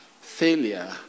failure